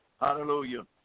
Hallelujah